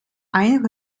ein